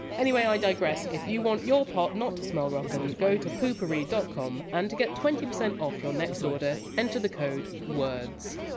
anyway, i digress if you want your pot not to smell rotten, go to poopourri dot com, and to get twenty percent off your next order, enter the code words